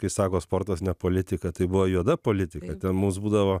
kai sako sportas ne politika tai buvo juoda politika ten mums būdavo